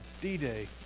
D-Day